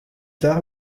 tard